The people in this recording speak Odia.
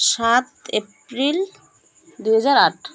ସାତ ଏପ୍ରିଲ୍ ଦୁଇ ହଜାର ଆଠ